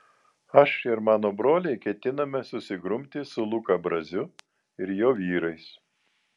aš ir mano broliai ketiname susigrumti su luka braziu ir jo vyrais